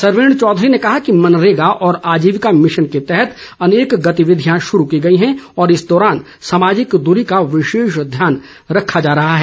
सरवीण चौधरी ने कहा कि मनरेगा और आजीविका मिशन के तहत अनेक गतिविधियां शुरू की गई हैं और इस दौरान सामाजिक दूरी का विशेष ध्यान रखा जा रहा है